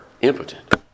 impotent